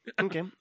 okay